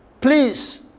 Please